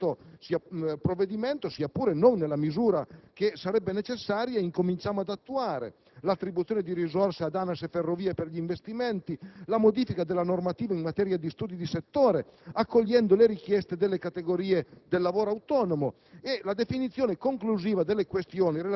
anche questo uno degli obiettivi che noi ci eravamo dati e che con questo provvedimento, sia pure non nella misura in cui sarebbe necessario, incominciamo ad attuare; l'attribuzione di risorse ad ANAS e Ferrovie per gli investimenti; la modifica della normativa in materia di studi di settore, accogliendo le richieste delle categorie del